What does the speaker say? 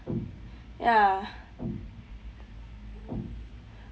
ya